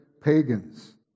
pagans